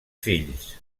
fills